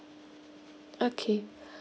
okay